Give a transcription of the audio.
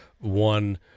One